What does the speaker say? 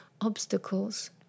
obstacles